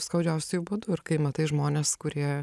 skaudžiausiuoju būdu ir kai matai žmones kurie